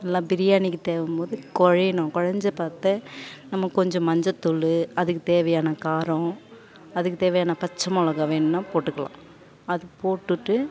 நல்லா பிரியாணிக்கு தேவைம்போது குழையிணும் குழஞ்ச பதத்தை நம்ம கொஞ்சம் மஞ்சத்தூள் அதுக்கு தேவையான காரம் அதுக்கு தேவையான பச்சை மொளகாய் வேணும்னா போட்டுக்கலாம் அது போட்டுகிட்டு